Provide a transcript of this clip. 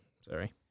Sorry